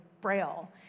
braille